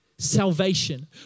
salvation